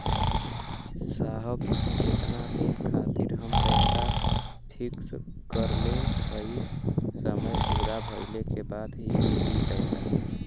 साहब जेतना दिन खातिर हम पैसा फिक्स करले हई समय पूरा भइले के बाद ही मिली पैसा?